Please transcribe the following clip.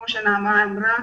כמו שנעמה שאמרה,